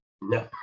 No